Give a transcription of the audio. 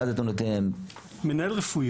ואז אתה נותן להם --- ומנהל רפואי.